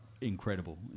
incredible